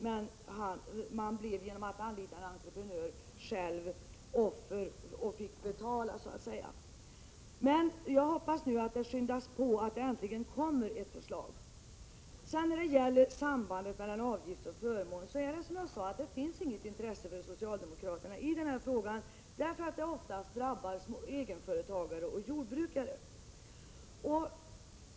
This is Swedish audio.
Men de blev ju genom att anlita en entreprenör själva offer för en snårig lagstiftning och fick betala. Jag hoppas att det nu skyndas på, så att det äntligen kommer ett förslag. När det gäller sambandet mellan avgift och förmån finns det, som jag sade inget intresse bland socialdemokraterna för den frågan, eftersom de som drabbas ofta är egenföretagare och jordbrukare.